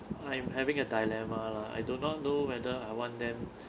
I'm having a dilemma lah I do not know whether I want them